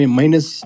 minus